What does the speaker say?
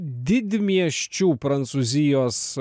didmiesčių prancūzijos